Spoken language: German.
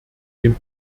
dem